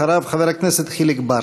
אחריו, חבר הכנסת חיליק בר.